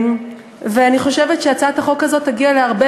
אני חושבת שהצעת החוק הזאת תגיע להרבה